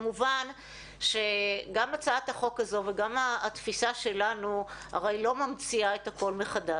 כמובן שגם הצעת החוק וגם התפיסה שלנו הרי לא ממציאה את הכול מחדש,